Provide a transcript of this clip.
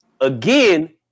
again